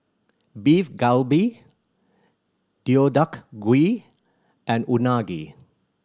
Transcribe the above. Beef Galbi Deodeok Gui and Unagi